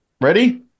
ready